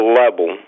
level